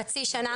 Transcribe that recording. חצי שנה,